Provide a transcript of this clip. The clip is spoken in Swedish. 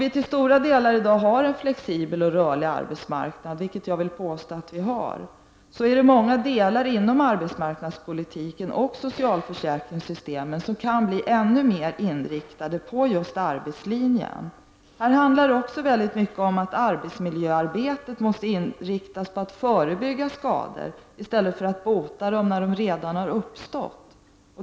Jag vill påstå att vi i dag har en till stora delar flexibel och rörlig arbetsmarknad, men det finns många delar inom arbetsmarknadspolitiken och socialförsäkringssystemen som kan bli ännu mer inriktade på just arbetslinjen. Även i detta sammanhang handlar det mycket om att arbetsmiljöarbetet måste inriktas på att förebygga skador i stället för att bota dem när de redan har uppstått.